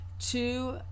Two